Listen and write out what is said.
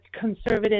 conservative